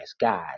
guys